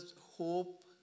hope